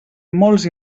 molts